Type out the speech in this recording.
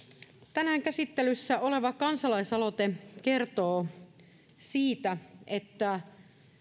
tänään käsittelyssä oleva kansalaisaloite kertoo siitä että